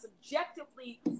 subjectively